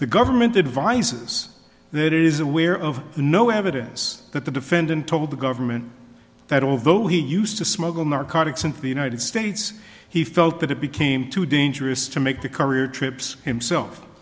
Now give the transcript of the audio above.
the government advises that is aware of no evidence that the defendant told the government that although he used to smuggle narcotics into the united states he felt that it became too dangerous to make the career trips himself